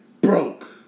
broke